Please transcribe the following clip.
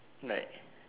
like